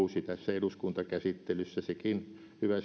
eduskuntakäsittelyssä sekin hyvässä